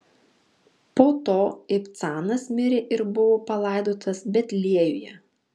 po to ibcanas mirė ir buvo palaidotas betliejuje